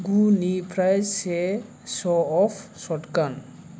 गुनिफ्राय से स अफ शटगान